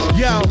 yo